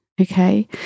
Okay